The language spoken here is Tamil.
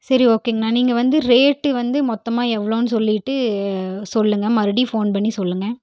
சரி ஓகேங்கண்ணா நீங்கள் வந்து ரேட்டு வந்து மொத்தமாக எவ்வளோன்னு சொல்லிட்டு சொல்லுங்கள் மறுபடியும் ஃபோன் பண்ணி சொல்லுங்கள்